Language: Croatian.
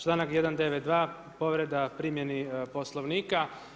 Članak 192. povreda primjeni Poslovnika.